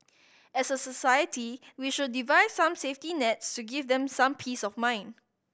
as a society we should devise some safety nets to give them some peace of mind